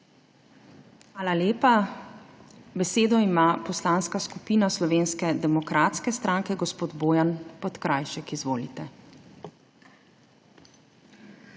Hvala lepa. Besedo ima Poslanska skupina Slovenske demokratske stranke. Gospod Bojan Podkrajšek, izvolite.